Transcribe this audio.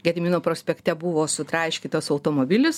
gedimino prospekte buvo sutraiškytas automobilis